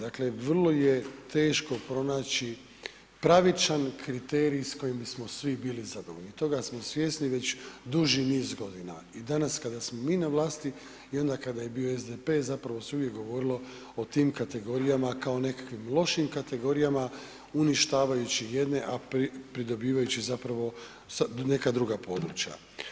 Dakle, vrlo je teško pronaći pravičan kriterij s kojim bismo svi bili zadovoljni, toga smo svjesni već duži niz godina i danas kada smo mi na vlasti i onda kada je bio SDP zapravo se uvijek govorilo o tim kategorijama kao nekakvim lošim kategorijama uništavajući jedne, a pridobivajući zapravo neka druga područja.